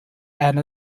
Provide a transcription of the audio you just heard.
and